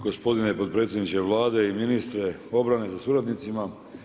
Gospodine potpredsjedniče Vlade i ministre obrane sa suradnicima.